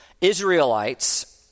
Israelites